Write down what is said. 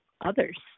others